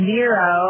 Zero